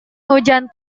hujan